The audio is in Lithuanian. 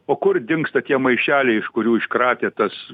o kur dingsta tie maišeliai iš kurių iškratė tas